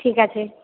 ঠিক আছে